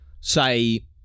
say